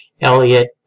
Elliot